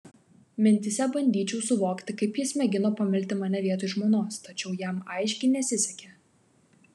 mintyse bandyčiau suvokti kaip jis mėgino pamilti mane vietoj žmonos tačiau jam aiškiai nesisekė